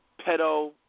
pedo